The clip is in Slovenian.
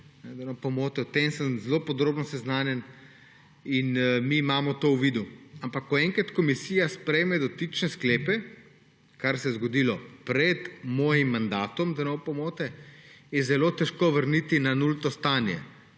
da ne bo pomote. O tem sem zelo podrobno seznanjen in mi imamo to v vidu. Ampak, ko enkrat komisija sprejme dotične sklepe – kar se je zgodilo pred mojim mandatom, da ne bo pomote –, je zelo težko vrniti na nulto stanje.